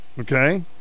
Okay